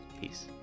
Peace